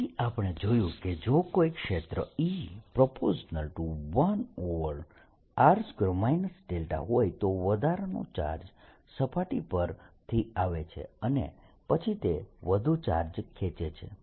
તેથી આપણે જોયું કે જો કોઈ ક્ષેત્ર E∝1r2 δ હોય તો વધારાનો ચાર્જ સપાટી પરથી આવે છે અને પછી તે વધુ ચાર્જ ખેંચે છે